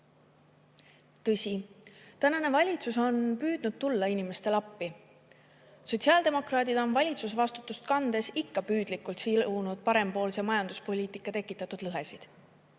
tänane valitsus on püüdnud tulla inimestele appi. Sotsiaaldemokraadid on valitsusvastutust kandes ikka püüdlikult silunud parempoolse majanduspoliitika tekitatud lõhesid.